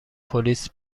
پلیس